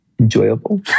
Enjoyable